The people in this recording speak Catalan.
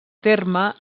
terme